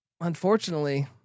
unfortunately